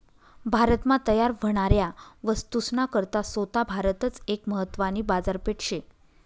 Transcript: भारत मा तयार व्हनाऱ्या वस्तूस ना करता सोता भारतच एक महत्वानी बाजारपेठ शे